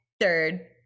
third